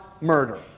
murder